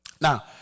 Now